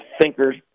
thinkers